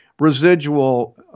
Residual